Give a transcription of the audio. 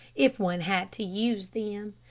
if one had to use them.